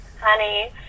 honey